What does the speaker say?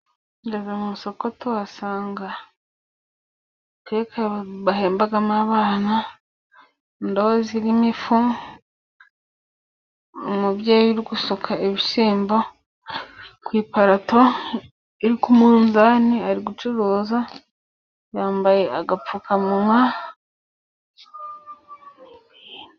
Ngeze mu isoko tuhasanga tekawe bahembamo abana ,indobo zirimo ifu ,umubyeyi uri gusuka ibishyimbo ku iparato iri ku munzani ari gucuruza, yambaye agapfukamuwa...